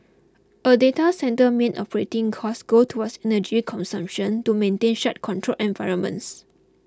a data centre main operating costs go towards energy consumption to maintain such controlled environments